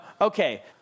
Okay